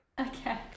Okay